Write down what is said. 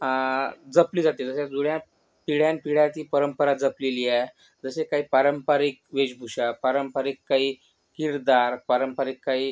जपली जाते जसं जुळ्या पिढ्यानपिढ्या ती परंपरा जपलेली आहे जसे काही पारंपरिक वेशभूषा पारंपरिक काही किरदार पारंपरिक काही